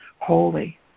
holy